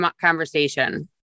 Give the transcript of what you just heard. conversation